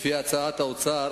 לפי הצעת האוצר,